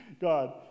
God